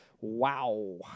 wow